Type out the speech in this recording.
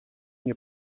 nie